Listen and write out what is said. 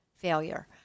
failure